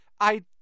I